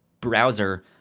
browser